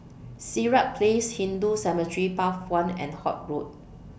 Sirat Place Hindu Cemetery Path one and Holt Road